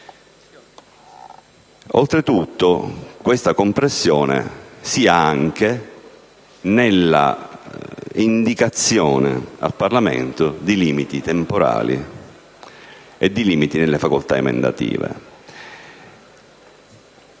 Oltretutto questa compressione si ha anche nell'indicazione al Parlamento di limiti temporali e di limiti nelle facoltà emendative.